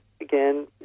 again